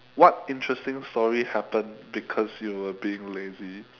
what interesting story happened because you were being lazy